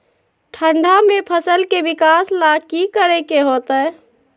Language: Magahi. ठंडा में फसल के विकास ला की करे के होतै?